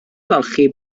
golchi